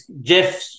Jeff